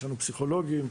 פסיכולוגים,